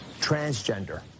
transgender